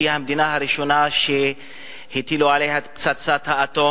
שהיא המדינה הראשונה שהטילו עליה את פצצת האטום,